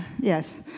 yes